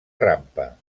rampa